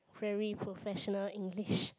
very professional English